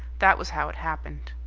that was how it happened.